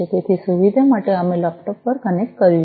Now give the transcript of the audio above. તેથી સુવિધા માટે અમે લેપટોપ પર કનેક્ટ કર્યું છે